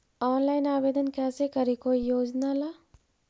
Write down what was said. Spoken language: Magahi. ऑनलाइन आवेदन कैसे करी कोई योजना ला?